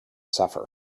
suffer